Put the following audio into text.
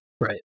right